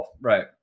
right